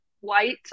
white